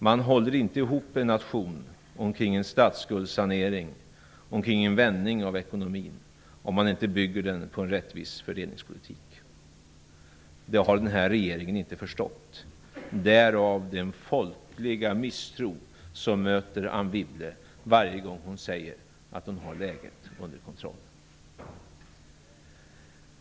Man håller inte ihop en nation omkring en statsskuldssanering och en vändning av ekonomin om detta inte byggs på en rättvis fördelningspolitik. Det har den här regeringen inte förstått. Därav den misstro hos folket som möter Anne Wibble varje gång hon säger att hon har läget under kontroll.